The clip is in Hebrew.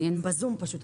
הם בזום.